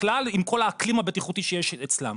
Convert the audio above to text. בכלל עם כל האקלים הבטיחותי שיש אצלם.